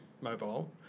mobile